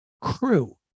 crew